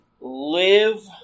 live